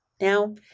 Now